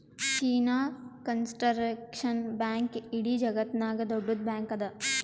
China construction bank ಇಡೀ ಜಗತ್ತನಾಗೆ ದೊಡ್ಡುದ್ ಬ್ಯಾಂಕ್ ಅದಾ